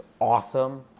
awesome